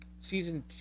Season